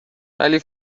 ولی